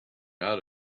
out